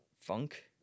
funk